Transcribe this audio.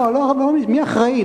מי אחראי,